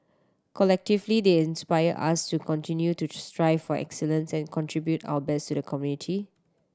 collectively they inspire us to continue to strive for excellence and contribute our best to the community